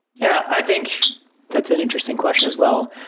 yeah. i think that's an interesting question as wel